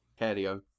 Cario